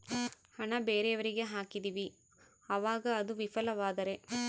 ಹಣ ಬೇರೆಯವರಿಗೆ ಹಾಕಿದಿವಿ ಅವಾಗ ಅದು ವಿಫಲವಾದರೆ?